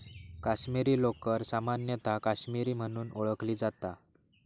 काश्मीरी लोकर सामान्यतः काश्मीरी म्हणून ओळखली जाता